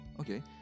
Okay